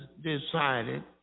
decided